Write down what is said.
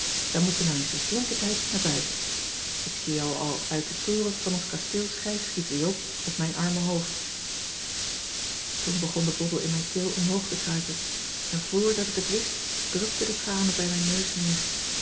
dan moet je maar eens een flinken tijd naar buiten ik zie jou al uit den toren van ons kasteel schijfschieten joop op mijn arme hoofd toen begon de bobbel in mijn keel omhoog te kruipen en vor dat ik het wist drupten de tranen bij mijn neus neer